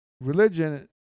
Religion